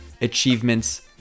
achievements